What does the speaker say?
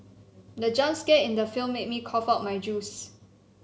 the jump scare in the film made me cough out my juice